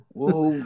Whoa